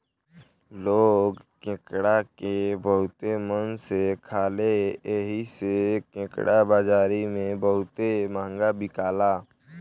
लोग केकड़ा के बहुते मन से खाले एही से केकड़ा बाजारी में बहुते महंगा बिकाला